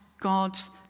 God's